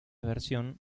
versión